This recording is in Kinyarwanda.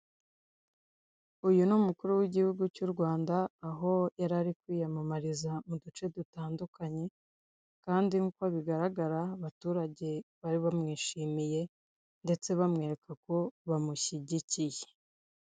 Uyu ni umukuru w'igihugu cy'u Rwanda, aho yarari kwiyamamariza mu duce dutandukanye, kandi nk'uko bigaragara abaturage bari bamwishimiye, ndetse bamwereka ko bamushyigikiye.